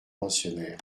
pensionnaires